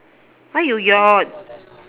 why you yawn